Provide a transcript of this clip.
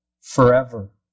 forever